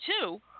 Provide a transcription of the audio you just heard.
two